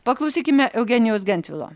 paklausykime eugenijaus gentvilo